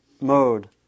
mode